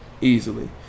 Easily